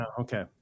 Okay